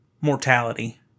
mortality